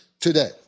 today